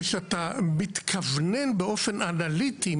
כשאתה מתכוונן באופן אנליטי,